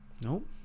Nope